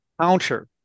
counter